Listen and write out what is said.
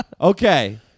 Okay